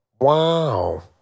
Wow